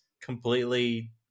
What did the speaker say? completely